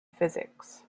physics